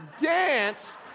dance